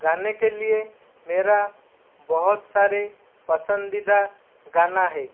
गाने के लिए मेरा बहुत सारे पसंदीदा गाना है